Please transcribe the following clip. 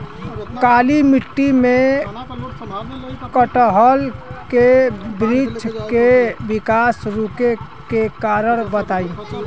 काली मिट्टी में कटहल के बृच्छ के विकास रुके के कारण बताई?